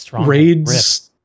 raids